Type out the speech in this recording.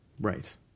right